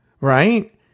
Right